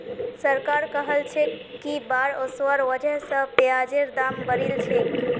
सरकार कहलछेक कि बाढ़ ओसवार वजह स प्याजेर दाम बढ़िलछेक